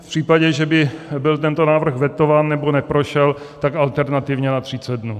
V případě, že by byl tento návrh vetován nebo neprošel, tak alternativně na 30 dnů.